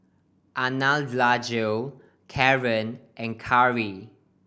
Anjali Kaaren and Karri